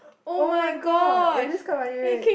[oh]-my-god it is quite funny wait